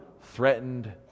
threatened